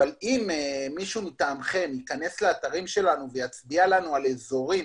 אבל אם מישהו מטעמכם ייכנס לאתרים שלנו ויצביע לנו על אזורים